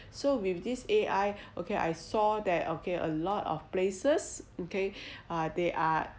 so with this A_I okay I saw that okay a lot of places okay are they are